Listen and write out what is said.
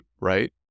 right